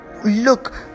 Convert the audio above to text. look